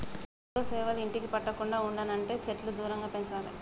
ఇదిగో సేవలు ఇంటికి పట్టకుండా ఉండనంటే సెట్లు దూరంగా పెంచాలి